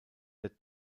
der